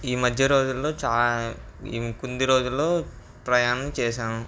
ఈ మధ్య రోజుల్లో చా కొద్ది రోజుల్లో ప్రయాణం చేశాను